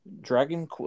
dragon